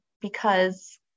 because-